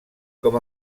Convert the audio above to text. com